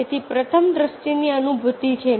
તેથી પ્રથમ દ્રષ્ટિની અનુભૂતિ છે